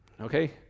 Okay